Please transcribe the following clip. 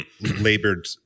labored